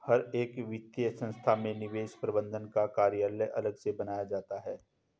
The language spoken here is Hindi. हर एक वित्तीय संस्था में निवेश प्रबन्धन का कार्यालय अलग से बनाया जाता है